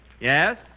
Yes